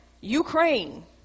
Ukraine